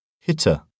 Hitter